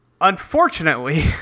unfortunately